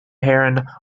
héireann